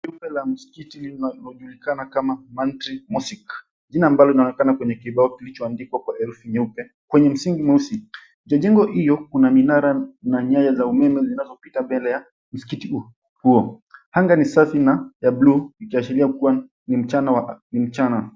Jumba la msikiti linalojulikana kama Mandhri Mosque, jina ambalo linaonekana kwenye kibao kilichoandikwa kwa herufi nyeupe kwenye msingi mweusi ya jengo hio kuna minara na nyaya za umeme zinazopita mbele ya msikiti huo. Anga ni safi na ya bluu ikiashiria kua ni mchana.